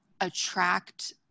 attract